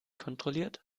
kontrolliert